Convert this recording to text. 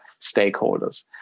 stakeholders